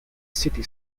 city